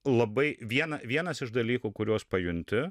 labai vieną vienas iš dalykų kuriuos pajunti